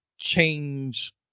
change